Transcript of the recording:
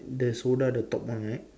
the soda the top one right